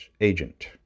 Agent